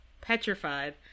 petrified